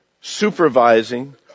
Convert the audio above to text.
supervising